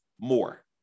more